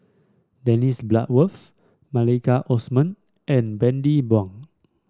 Dennis Bloodworth Maliki Osman and Bani Buang